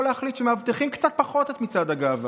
להחליט שמאבטחים קצת פחות את מצעד הגאווה,